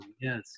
yes